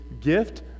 gift